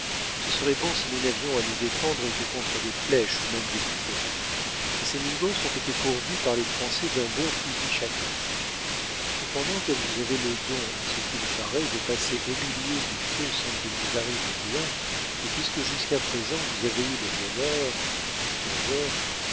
ce serait bon si nous n'avions à nous défendre que contre des flèches ou même des couteaux mais ces mingos ont été pourvus par les français d'un bon fusil chacun cependant comme vous avez le don à ce qu'il paraît de passer au milieu du feu sans qu'il vous arrive rien et puisque jusqu'à présent vous avez eu le bonheur